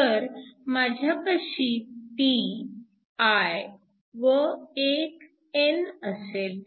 तर माझ्यापाशी p i व एक n असेल